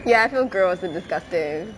ya so gross and disgusting